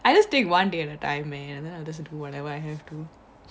I just take one day at a time man then I'll just do whatever I have to